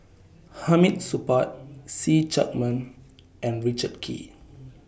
Hamid Supaat See Chak Mun and Richard Kee